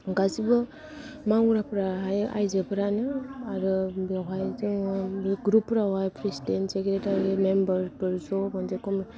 गासिबो मावग्रा आइजोफ्रानो आरो बेवहाय जोङो ग्रुप फोरावहाय प्रेसिडेन्ट सेक्रेथारि मेमबारफोर ज' मोनसे खमि